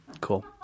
Cool